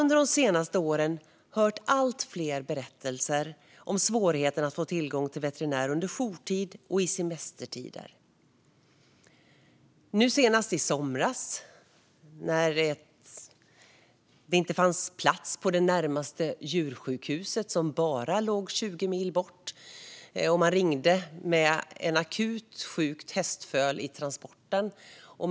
Vi har de senaste åren hört allt fler berättelser om svårigheten att få tillgång till veterinär under jourtid och semestertider. Senast i somras kunde vi höra att när man ringde med ett akut sjukt hästföl i transporten fanns det inte plats på det närmaste djursjukhuset som låg bara 20 mil bort.